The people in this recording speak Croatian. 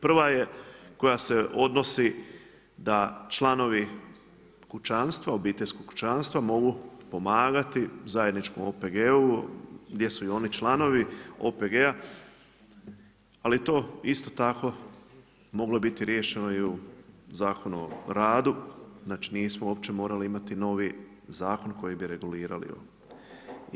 Prva je koja se odnosi da članovi obiteljskog kućanstva mogu pomagati zajedničkom OPG-u gdje su i oni članovi OPG-a, ali to isto tako moglo je biti riješeno i u Zakonu o radu, znači nismo uopće morali imati novi zakon kojim bi regulirali ovo.